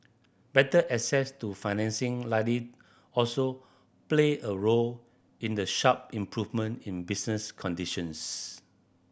better access to financing likely also played a role in the sharp improvement in business conditions